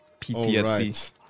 PTSD